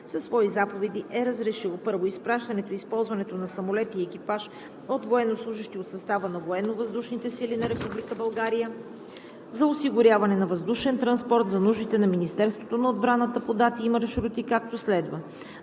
със свои заповеди е разрешил: 1. Изпращането и използването на самолети и екипаж от военнослужещи от състава на Военновъздушните сили на Република България за осигуряване на въздушен транспорт за нуждите на Министерството на отбраната по дати и маршрути, както следва: